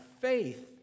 faith